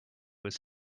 his